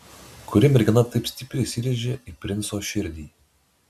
kuri mergina taip stipriai įsirėžė į princo širdį